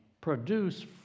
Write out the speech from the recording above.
Produce